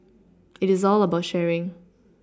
it is all about sharing